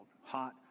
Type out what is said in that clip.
Hot